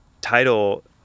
title